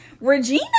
Regina